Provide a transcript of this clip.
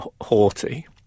haughty